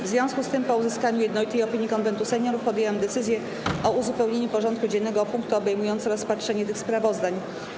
W związku z tym, po uzyskaniu jednolitej opinii Konwentu Seniorów, podjęłam decyzję o uzupełnieniu porządku dziennego o punkty obejmujące rozpatrzenie tych sprawozdań.